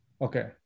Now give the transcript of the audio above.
Okay